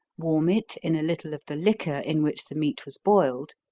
warm it in a little of the liquor in which the meat was boiled,